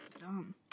dumb